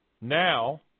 Now